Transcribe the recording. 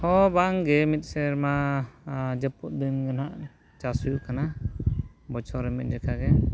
ᱦᱮᱸ ᱵᱟᱝ ᱵᱟᱝᱜᱮ ᱢᱤᱫ ᱥᱮᱨᱢᱟ ᱡᱟᱹᱯᱩᱫ ᱫᱤᱱᱜᱮ ᱱᱟᱦᱟᱜ ᱪᱟᱥ ᱦᱩᱭᱩᱜ ᱠᱟᱱᱟ ᱵᱚᱪᱷᱚᱨ ᱨᱮ ᱢᱤᱫ ᱡᱚᱠᱷᱚᱱᱜᱮ